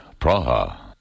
Praha